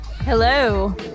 Hello